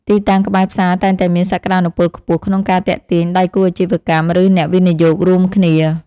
ទីតាំងក្បែរផ្សារតែងតែមានសក្តានុពលខ្ពស់ក្នុងការទាក់ទាញដៃគូអាជីវកម្មឬអ្នកវិនិយោគរួមគ្នា។